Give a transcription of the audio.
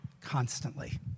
constantly